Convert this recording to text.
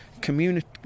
community